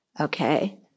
Okay